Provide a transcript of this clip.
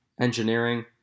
engineering